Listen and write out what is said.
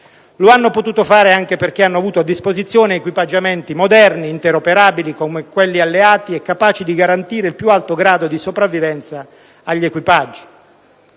Lo ha potuto fare anche perché ha avuto a disposizione equipaggiamenti moderni e interoperabili (come quelli alleati), capaci di garantire il più alto grado di sopravvivenza agli equipaggi.